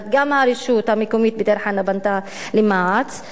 הרשות המקומית בדיר-חנא פנתה למע"צ.